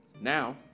Now